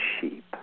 sheep